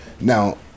Now